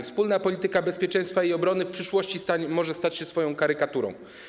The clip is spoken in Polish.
Wspólna polityka bezpieczeństwa i obrony w przyszłości może stać się swoją karykaturą.